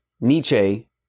Nietzsche